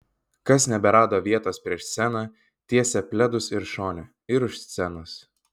kas neberado vietos prieš sceną tiesė pledus ir šone ir už scenos